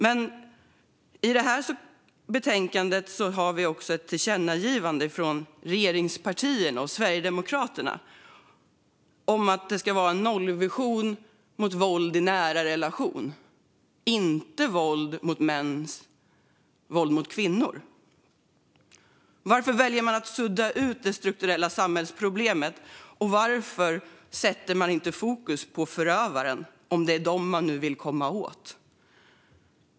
Men i betänkandet finns också ett tillkännagivande från regeringspartierna och Sverigedemokraterna om en nollvision mot våld i nära relation - alltså inte mäns våld mot kvinnor. Varför väljer man att sudda ut det strukturella samhällsproblemet, och varför sätter man inte fokus på förövarna om det nu är dem man vill komma åt?